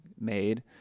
made